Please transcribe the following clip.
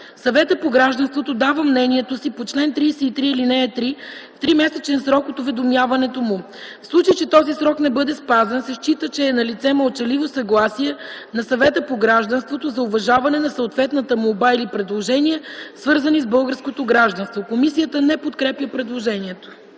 Съветът по гражданството дава мнението си по чл. 33, ал. 3 в тримесечен срок от уведомяването му. В случай, че този срок не бъде спазен, се счита, че е налице мълчаливо съгласие на Съвета по гражданството за уважаване на съответната молба или предложение, свързани с българското гражданство.” Комисията не подкрепя предложението.